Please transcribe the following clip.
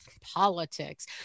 politics